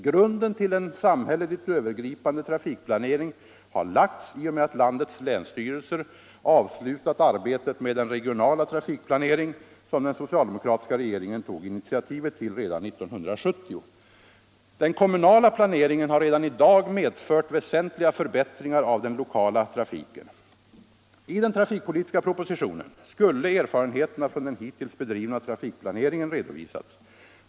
Grunden till en samhälleligt övergripande trafikplanering har lagts i och med att landets länsstyrelser avslutat arbetet med den regionala trafikplanering som den socialdemokratiska regeringen tog initiativet till redan 1970. Den kommunala planeringen har redan i dag medfört väsentliga förbättringar av den lokala trafiken. I den trafikpolitiska propositionen skulle erfarenheterna från den hittills bedrivna trafikplaneringen redovisats.